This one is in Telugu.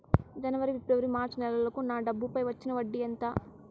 జనవరి, ఫిబ్రవరి, మార్చ్ నెలలకు నా డబ్బుపై వచ్చిన వడ్డీ ఎంత